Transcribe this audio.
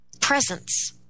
presence